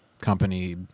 Company